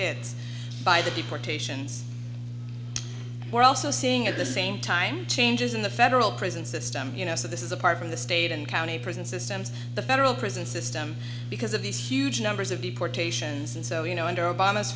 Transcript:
hit by the deportations we're also seeing at the same time changes in the federal prison system you know so this is apart from the state and county prison systems the federal prison system because of these huge numbers of deportations and so you know under